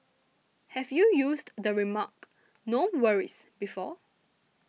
have you used the remark no worries before